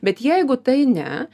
bet jeigu tai ne